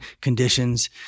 conditions